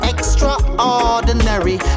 Extraordinary